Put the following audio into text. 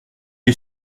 est